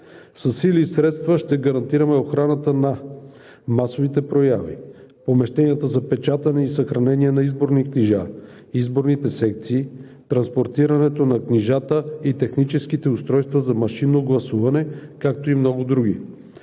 Със сили и средства ще гарантираме охраната на масовите прояви, помещенията за печатане и съхранение на изборни книжа, изборните секции, транспортирането на книжата и техническите устройства за машинно гласуване, както и много други.